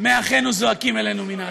דמי אחינו זועקים אלינו מן האדמה.